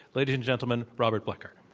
ladies and gentlemen, robert blecker.